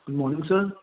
good morning sir